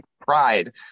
pride